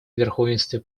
верховенстве